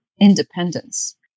independence